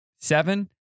seven